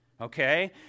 okay